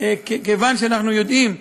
מה זה אומר?